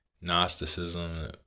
Gnosticism